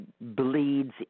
bleeds